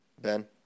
Ben